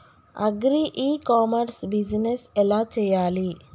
Agri e commerce business ఎలా చెయ్యాలి?